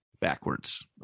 backwards